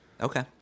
Okay